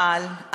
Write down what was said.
מה, לא, אבל,